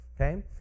Okay